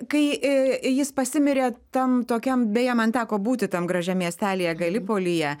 kai i jis pasimirė ten tokiam beje man teko būti tam gražiam miestelyje galipolyje